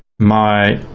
my